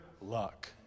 luck